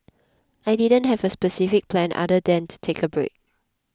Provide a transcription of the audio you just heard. I didn't have a specific plan other than to take a break